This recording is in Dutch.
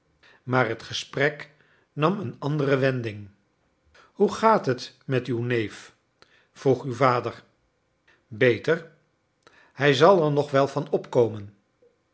maar het gesprek nam een andere wending hoe gaat het met uw neef vroeg uw vader beter hij zal er nog wel van opkomen